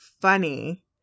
funny